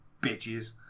bitches